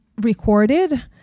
recorded